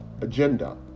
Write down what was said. agenda